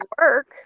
work